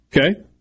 Okay